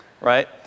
Right